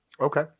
okay